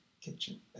kitchen